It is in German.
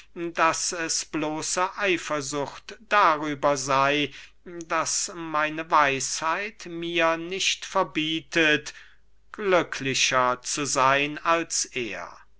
daß es bloße eifersucht darüber sey daß meine weisheit mir nicht verbietet glücklicher zu seyn als er